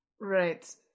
Right